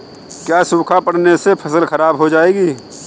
क्या सूखा पड़ने से फसल खराब हो जाएगी?